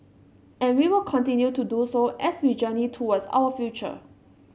and we will continue to do so as we journey towards our future